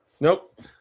Nope